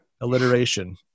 Alliteration